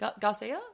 Garcia